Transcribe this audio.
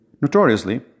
Notoriously